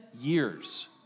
years